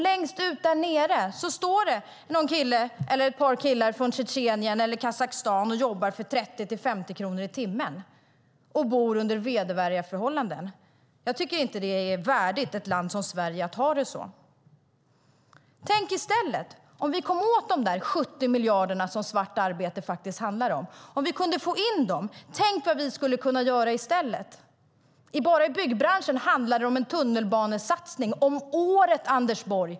Längst ut där nere står det någon kille eller ett par killar från Tjetjenien eller Kazakstan och jobbar för 30-50 kronor i timmen och bor under vedervärdiga förhållanden. Jag tycker inte att det är ett värdigt ett land som Sverige att ha det så. Tänk om vi i stället kom åt de där 70 miljarderna som svart arbete faktiskt handlar om. Om vi kunde få in dem, tänk vad vi skulle kunna göra i stället. Bara i byggbranschen handlar det om en tunnelbanesatsning om året, Anders Borg.